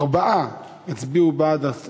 ארבעה הצביעו בעד.